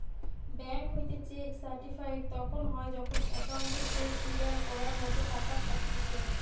bank হইতে cheque certified তখন হয় যখন অ্যাকাউন্টে চেক ক্লিয়ার করার মতো টাকা থাকতিছে